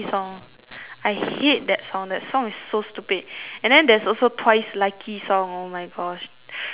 I hate that song that song is so stupid and then there's also twice lucky song oh my gosh is like